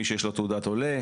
מי שיש לו תעודת עולה.